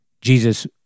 Jesus